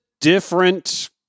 different